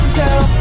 girl